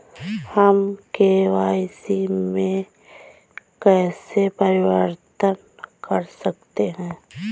हम के.वाई.सी में कैसे परिवर्तन कर सकते हैं?